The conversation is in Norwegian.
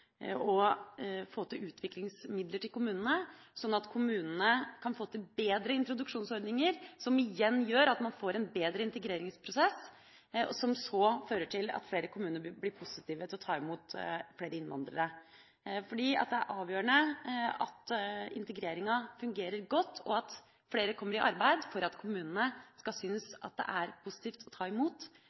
å få utviklingsmidler til kommunene, sånn at kommunene kan få til bedre introduksjonsordninger, noe som gjør at man får en bedre integreringsprosess, som igjen fører til at flere kommuner blir positive til å ta imot flere innvandrere. For at kommunene skal synes det er positivt å ta imot flyktninger, er det avgjørende at integreringa fungerer godt, og at flere kommer i arbeid. Dette kan vi få til å bli en positiv spiral framfor en negativ spiral. Det